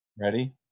ready